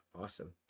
Awesome